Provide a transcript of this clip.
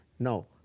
No